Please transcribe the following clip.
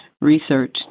research